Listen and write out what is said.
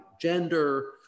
gender